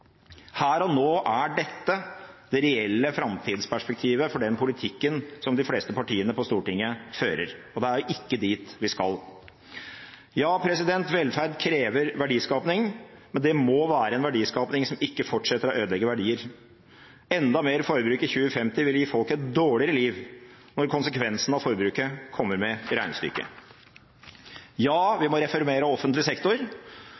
Her og nå er dette det reelle framtidsperspektivet for den politikken som de fleste partiene på Stortinget fører, og det er ikke dit vi skal. Ja, velferd krever verdiskaping, men det må være en verdiskaping som ikke fortsetter å ødelegge verdier. Enda mer forbruk i 2050 vil gi folk et dårligere liv når konsekvensene av forbruket kommer med i regnestykket. Ja, vi må reformere offentlig sektor,